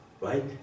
right